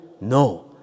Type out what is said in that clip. No